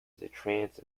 trance